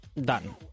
done